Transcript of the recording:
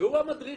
הוא המדריך